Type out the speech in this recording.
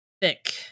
thick